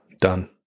Done